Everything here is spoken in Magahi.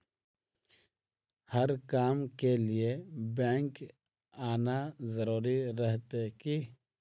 हर काम के लिए बैंक आना जरूरी रहते की?